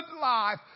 life